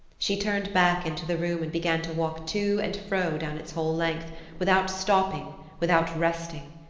she turned back into the room and began to walk to and fro down its whole length without stopping, without resting.